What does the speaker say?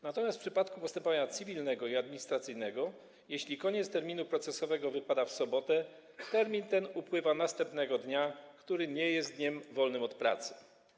Natomiast w przypadku postępowania cywilnego i administracyjnego, jeśli koniec terminu procesowego wypada w sobotę, termin ten upływa następnego dnia, który nie jest dniem wolnym od pracy.